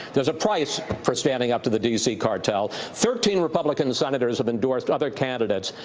there's a price for standing up to the d c. cartel. thirteen republican senators have endorsed other candidates,